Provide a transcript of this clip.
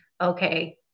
okay